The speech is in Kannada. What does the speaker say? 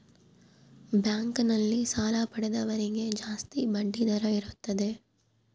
ಬ್ಯಾಂಕ್ ನಲ್ಲಿ ಸಾಲ ಪಡೆದವರಿಗೆ ಜಾಸ್ತಿ ಬಡ್ಡಿ ದರ ಇರುತ್ತದೆ